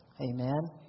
Amen